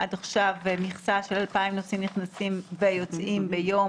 עד עכשיו הייתה מכסה של 2,000 נוסעים נכנסים ויוצאים ביום,